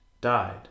died